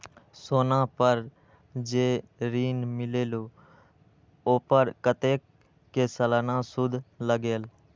सोना पर जे ऋन मिलेलु ओपर कतेक के सालाना सुद लगेल?